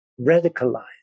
radicalize